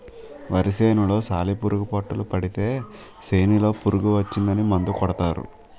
వరి సేనులో సాలిపురుగు పట్టులు పడితే సేనులో పురుగు వచ్చిందని మందు కొడతారు